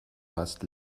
fast